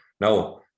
Now